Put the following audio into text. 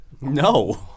no